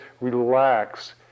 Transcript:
relax